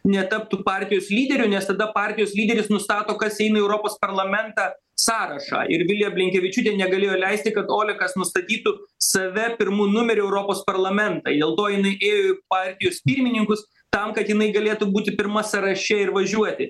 netaptų partijos lyderiu nes tada partijos lyderis nustato kas eina į europos parlamentą sąrašą ir vilija blinkevičiūtė negalėjo leisti kad olekas nustatytų save pirmu numeriu europos parlamentą ir dėl to jinai ėjo į partijos pirmininkus tam kad jinai galėtų būti pirma sąraše ir važiuoti